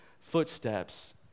footsteps